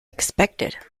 expected